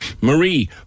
Marie